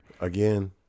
Again